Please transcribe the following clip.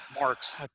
marks